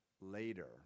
later